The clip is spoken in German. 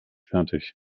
fertig